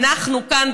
אנחנו כאן,